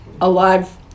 alive